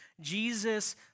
Jesus